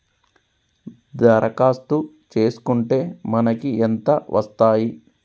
దరఖాస్తు చేస్కుంటే మనకి ఎంత వస్తాయి?